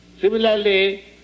Similarly